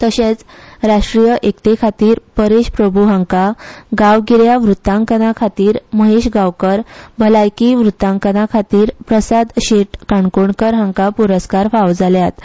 तशेंच राष्ट्रीय एकते खातीर परेश प्रभू हांका गावगि या वृत्तांकनाखातीर महेश गांवकार भलायकी वृत्तांकनाखातीर प्रसाद शेट काणकोणकर हाँका प्रस्कार फाव जाल्यात